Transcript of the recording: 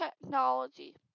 technology